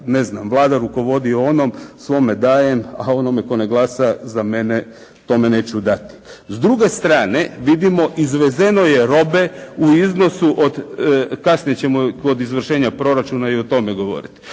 ne znam, Vlada rukovodi onom, svojem dajem a onome tko ne glasa za mene tome neću dati. S druge strane, vidimo izvezeno je robe, u iznosu, kasnije ćemo kod izvršenja proračuna i o tome govoriti,